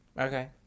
Okay